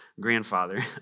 grandfather